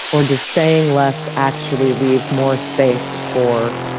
or does saying less actually leave more space for